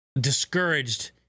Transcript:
discouraged